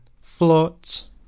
floats